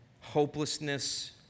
hopelessness